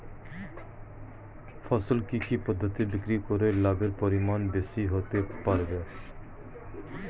ফসল কি কি পদ্ধতি বিক্রি করে লাভের পরিমাণ বেশি হতে পারবে?